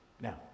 Now